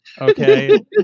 Okay